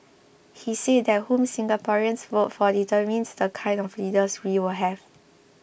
he said that whom Singaporeans vote for determines the kind of leaders we will have